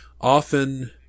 often